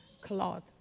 cloth